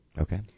Okay